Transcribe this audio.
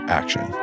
action